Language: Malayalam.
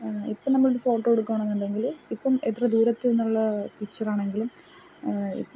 ഇപ്പം നമ്മളൊരു ഫോട്ടോ എടുക്കുകയാണെന്നുണ്ടെങ്കിൽ ഇപ്പം എത്ര ദൂരത്ത് നിന്നുള്ള പിക്ച്ചറാണെങ്കിലും